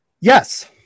yes